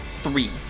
three